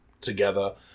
together